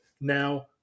Now